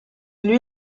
lui